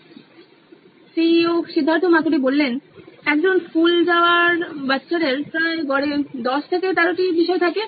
সিদ্ধার্থ মাতুরি প্রধান নির্বাহী কর্মকর্তা সি ই ও নইন ইলেকট্রনিক্স একজন স্কুলগামী শিক্ষার্থীর গড়ে প্রায় 10 থেকে 13 টি বিষয় থাকে